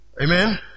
Amen